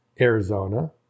Arizona